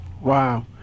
wow